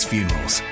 Funerals